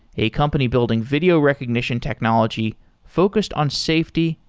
a company building video recognition technology focused on safety,